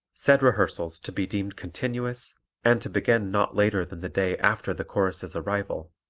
said rehearsals to be deemed continuous and to begin not later than the day after the chorus's arrival.